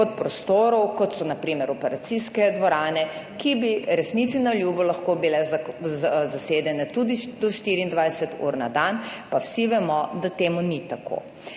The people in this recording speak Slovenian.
prostorov, kot so na primer operacijske dvorane, ki bi resnici na ljubo lahko bile zasedene tudi do 24 ur na dan, pa vsi vemo, da temu ni tako.